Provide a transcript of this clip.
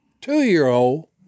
two-year-old